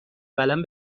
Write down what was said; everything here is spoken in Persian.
قلم